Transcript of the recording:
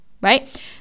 right